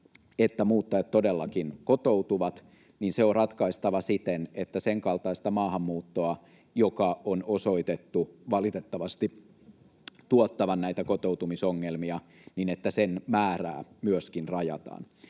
että muuttajat todellakin kotoutuvat, niin se on ratkaistava siten, että senkaltaisen maahanmuuton, jonka on osoitettu valitettavasti tuottavan näitä kotoutumisongelmia, määrää myöskin rajataan.